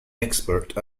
expert